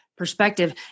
perspective